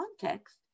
context